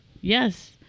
Yes